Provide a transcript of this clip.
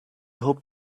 hoped